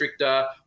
restrictor